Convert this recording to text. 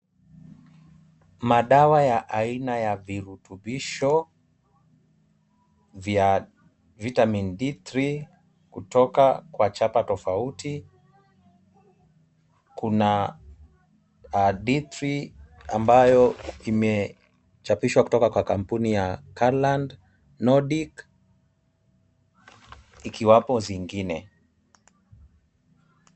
Madawa ya aina ya virutubisho, vya vitamin D3 kutoka kwa chapa tofauti kuna D3 ambayo imechapishwa kutoka kwa kampuni ya Car land, Nordic ikiwapo zingine.